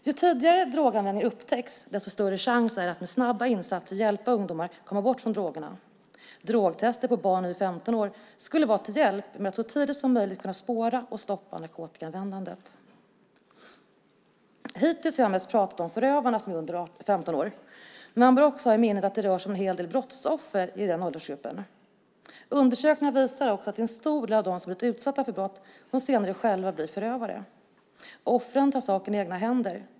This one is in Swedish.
Ju tidigare droganvändning upptäcks desto större är möjligheterna att genom snabba insatser hjälpa ungdomar att komma bort från drogerna. Drogtester på barn under 15 år skulle vara till hjälp för att så tidigt som möjligt kunna spåra och stoppa narkotikaanvändandet. Hittills har jag mest talat om förövarna som är under 15 år, men vi bör ha i minnet att det också finns en hel del brottsoffer i den åldersgruppen. Undersökningar visar att en stor del av dem som blivit utsatta för brott senare själva blivit förövare. Offren tar saken i egna händer.